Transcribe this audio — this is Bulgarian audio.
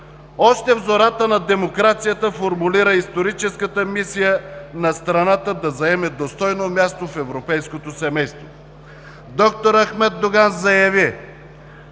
Още в зората на демокрацията формулира историческата мисия на страната да заеме достойно място в европейското семейство. Доктор Ахмед Доган заяви,